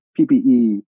ppe